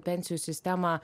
pensijų sistemą